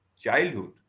childhood